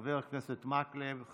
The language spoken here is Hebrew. חבר הכנסת מקלב,